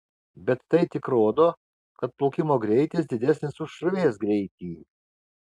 bet tai tik rodo kad plaukimo greitis didesnis už srovės greitį